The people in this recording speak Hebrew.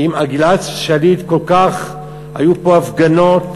כי אם על גלעד שליט כמעט היו פה הפגנות